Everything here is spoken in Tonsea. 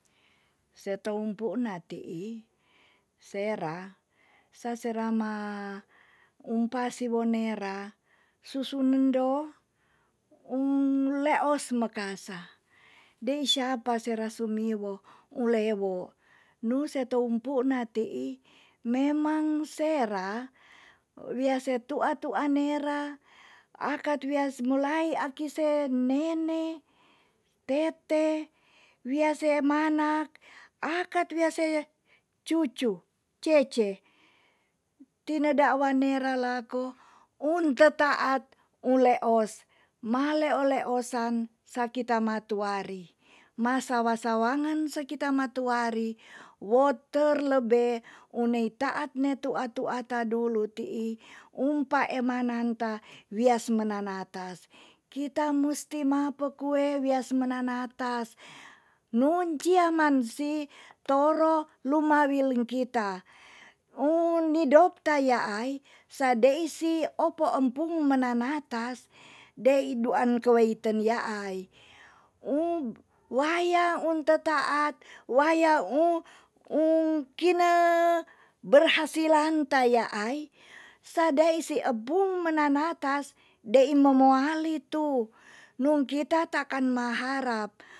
Se toumpuk na ti'i, sera sasera ma umpa siwon nera susut nendo un leos mekasa. dei syapa sera sumiwo u lewo, nu se tou empu na ti'i memang sera wia se tu'a tu'a nera akat wias melai aki se nene, tete, wias se manak akat wia se cucu, cece. tine dakwa nera lako un tetaat uleos maleo leosan sa kita matuari masawa sawangan se kita matuari wo terlebe un ei taat ne tu'a tu'a ta dulu ti'i umpa ema nanta wias menanatas. kita musti mape kue wias mananatas nun cia man si toro lumawi lungkita. un nidokta yaai sadeik si opo empung mananatas dei duan keweiten ya ai. um waya un tetaat way kina berhasilan ta yaai sadai si epung mananatas dei memoali tu nun kita takan maharap